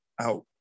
out